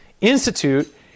institute